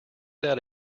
that